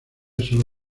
sólo